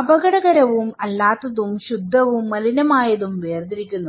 അപകടകരവും അല്ലാത്തതും ശുദ്ധവുംമലിനമായതും വേർതിരിക്കുന്നു